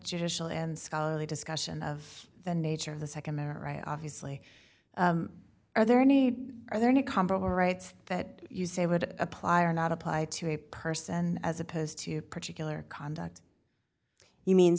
judicial and scholarly discussion of the nature of the nd marriage obviously are there any are there any comparable rights that you say would apply or not apply to a person as opposed to particular conduct you mean